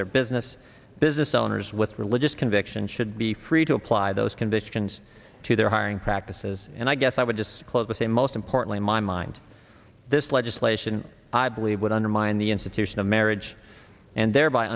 their business and business owners with religious conviction should be free to apply those conditions to their hiring practices and i guess i would just close with a most important in my mind this legislation i believe would undermine the institution of marriage and thereby